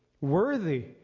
worthy